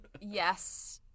Yes